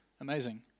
Amazing